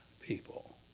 people